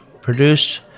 produced